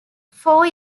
four